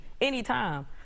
anytime